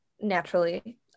naturally